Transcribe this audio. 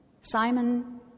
Simon